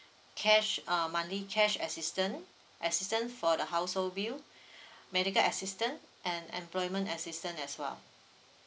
cash uh monthly cash assistant assistant for the household bill medical assistant and employment assistant as well